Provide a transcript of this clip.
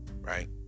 right